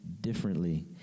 differently